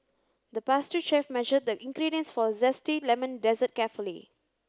the pastry chef measured the ingredients for a zesty lemon desert carefully